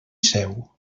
seu